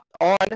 on